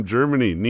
Germany